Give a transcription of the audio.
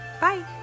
Bye